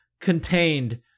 contained –